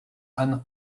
anne